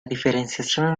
diferenciación